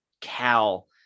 Cal